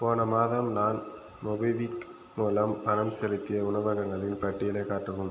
போன மாதம் நான் மொபிவிக் மூலம் பணம் செலுத்திய உணவகங்களின் பட்டியலைக் காட்டவும்